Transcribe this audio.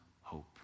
hope